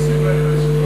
אדוני היושב-ראש,